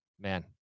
man